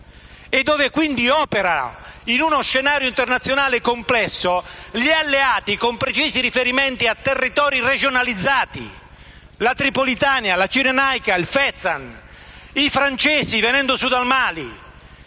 dove operano, in uno scenario internazionale complesso, gli alleati con precisi riferimenti a territori regionalizzati, (la Tripolitania, la Cirenaica e il Fezzan): i francesi vengono su dal Mali